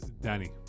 Danny